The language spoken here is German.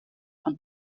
von